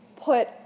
put